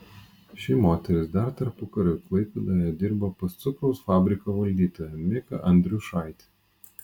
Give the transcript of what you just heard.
ši moteris dar tarpukariu klaipėdoje dirbo pas cukraus fabriko valdytoją miką andriušaitį